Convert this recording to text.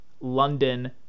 london